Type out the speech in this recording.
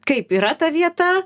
kaip yra ta vieta